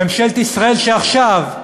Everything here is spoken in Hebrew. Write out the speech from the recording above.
ממשלת ישראל שעכשיו,